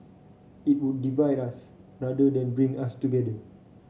it would divide us rather than bring us together